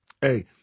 Hey